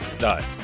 No